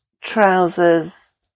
trousers